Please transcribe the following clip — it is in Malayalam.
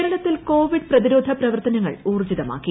കേരളത്തിൽ കോവിഡ് പ്രതിരോധ പ്രവർത്തനങ്ങൾ ഊർജ്ജിതമാക്കി